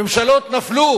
ממשלות נפלו